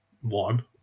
one